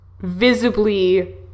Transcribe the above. visibly